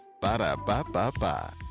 Ba-da-ba-ba-ba